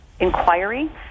inquiry